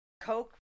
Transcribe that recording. Coke